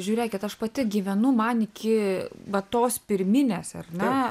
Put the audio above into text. žiūrėkit aš pati gyvenu man iki va tos pirminės ar ne